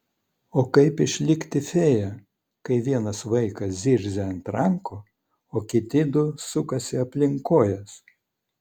o kaip išlikti fėja kai vienas vaikas zirzia ant rankų o kiti du sukasi aplink kojas